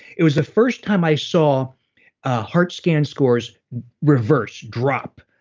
it was the first time i saw heart scan scores reversed dropped.